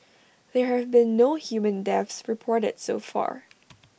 there have been no human deaths reported so far